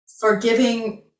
Forgiving